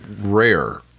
rare